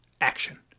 action